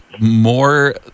more